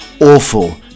awful